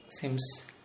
seems